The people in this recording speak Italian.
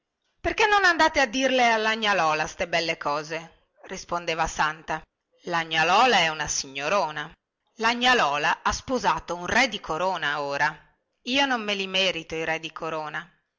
perchè non andate a dirle alla gnà lola ste belle cose rispondeva santa la gnà lola è una signorona la gnà lola ha sposato un re di corona ora io non me li merito i re di corona